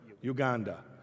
Uganda